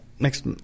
next